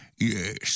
Yes